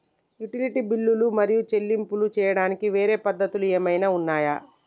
Utility బిల్లులు మరియు చెల్లింపులు చేయడానికి వేరే పద్ధతులు ఏమైనా ఉన్నాయా?